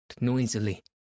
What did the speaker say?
noisily